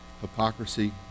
hypocrisy